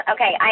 Okay